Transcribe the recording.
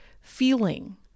feeling